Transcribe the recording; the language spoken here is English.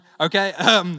Okay